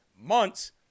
months